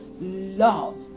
love